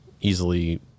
easily